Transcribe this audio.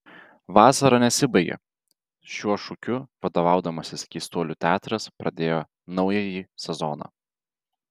vasara nesibaigia šiuo šūkiu vadovaudamasis keistuolių teatras pradėjo naująjį sezoną